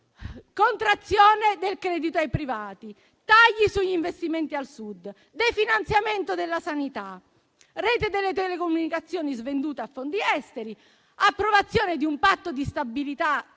contrazione del credito ai privati, tagli sugli investimenti al Sud, definanziamento della sanità, rete delle telecomunicazioni svenduta a fondi esteri, approvazione di un patto di stabilità